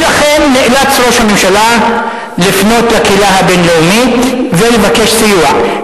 ולכן נאלץ ראש הממשלה לפנות לקהילה הבין-לאומית ולבקש סיוע,